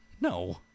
No